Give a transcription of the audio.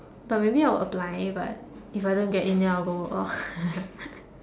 but maybe I'll apply but if I don't get in then I'll go work lor